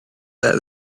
that